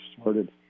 started